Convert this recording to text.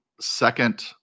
second